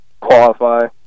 Qualify